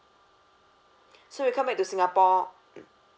so you come back to singapore